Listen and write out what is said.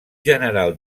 general